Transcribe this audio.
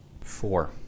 Four